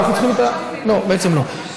לא, בעצם לא.